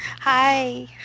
Hi